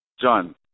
John